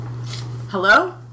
Hello